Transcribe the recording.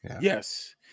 Yes